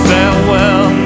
Farewell